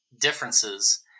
differences